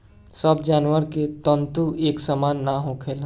सब जानवर के तंतु एक सामान ना होखेला